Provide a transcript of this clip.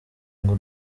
ngo